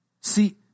See